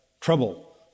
trouble